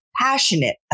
passionate